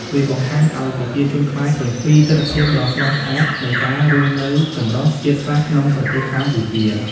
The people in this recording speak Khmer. វាបង្ហាញឱ្យប្រជាជនខ្មែរឃើញពី ទិដ្ឋភាពដ៏ស្រស់ស្អាតនៃការរស់នៅចម្រុះជាតិសាសន៍ក្នុងប្រទេសកម្ពុជា។